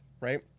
right